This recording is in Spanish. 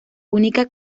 única